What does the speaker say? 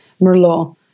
Merlot